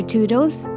Toodles